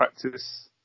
practice